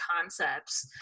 concepts